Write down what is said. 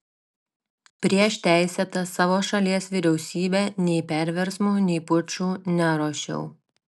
prieš teisėtą savo šalies vyriausybę nei perversmų nei pučų neruošiau